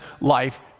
life